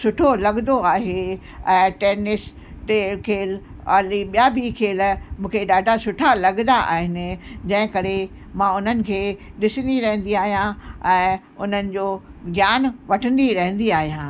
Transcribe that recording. सुठो लॻंदो आहे ऐं टैनिस ते खेल और ॿिया बि खेल मूंखे ॾाढा सुठा लॻंदा आहिनि जंहिं करे मां उन्हनि खे ॾिसंदी रहंदी आहियां ऐं उन्हनि जो ज्ञान वठंदी रहंदी आहियां